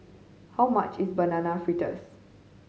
how much is Banana Fritters